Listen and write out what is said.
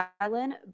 Island